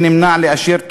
ונמנע מלאשר,